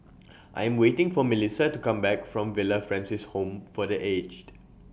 I Am waiting For Milissa to Come Back from Villa Francis Home For The Aged